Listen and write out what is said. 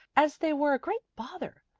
as they were a great bother.